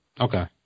Okay